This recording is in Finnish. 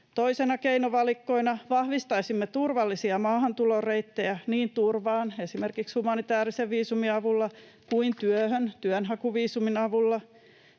Toisena keinovalikkona vahvistaisimme turvallisia maahantuloreittejä niin turvaan esimerkiksi humanitäärisen viisumin avulla kuin työhön työnhakuviisumin avulla.